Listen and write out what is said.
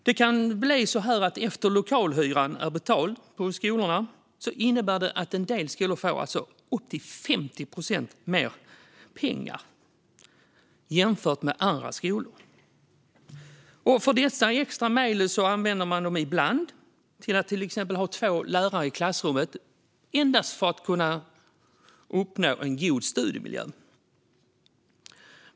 Det kan bli så att efter det att lokalhyran är betald för en skola får en del skolor upp till 50 procent mer pengar jämfört med andra skolor. Dessa extra medel används ibland för att ha två lärare i klassrummet endast för att uppnå en god studiemiljö.